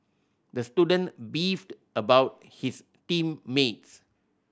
the student beefed about his team mates